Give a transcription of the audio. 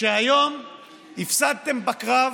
שהיום הפסדתם בקרב